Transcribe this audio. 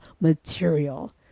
material